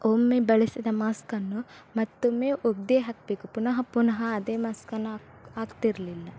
ಒಮ್ಮೆ ಬಳಸಿದ ಮಾಸ್ಕನ್ನು ಮತ್ತೊಮ್ಮೆ ಒಗೆದೇ ಹಾಕಬೇಕು ಪುನಃ ಪುನಃ ಅದೇ ಮಾಸ್ಕನ್ನು ಹಾಕ್ತಿರ್ಲಿಲ್ಲ